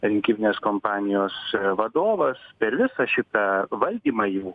rinkiminės kompanijos vadovas per visą šitą valdymą jų